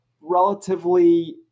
relatively